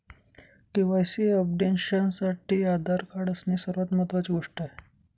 KYC अपडेशनसाठी Aadhaar card असणे सर्वात महत्वाची गोष्ट आहे